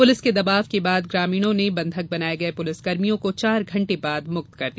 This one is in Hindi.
पुलिस के दबाव के बाद ग्रामीणों ने बंधक बनाये गये पुलिसकर्मियों को चार घंटे बाद मुक्त कर दिया